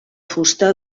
fusta